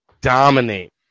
Dominate